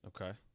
Okay